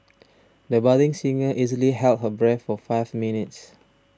the budding singer easily held her breath for five minutes